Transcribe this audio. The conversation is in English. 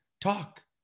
talk